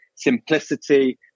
simplicity